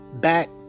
back